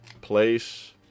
place